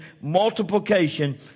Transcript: multiplication